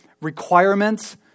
requirements